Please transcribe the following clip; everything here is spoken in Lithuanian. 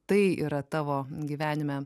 tai yra tavo gyvenime